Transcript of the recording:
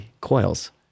coils